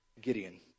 Gideon